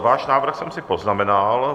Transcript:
Váš návrh jsem si poznamenal.